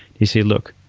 they say, look,